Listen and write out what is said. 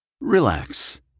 Relax